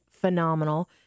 phenomenal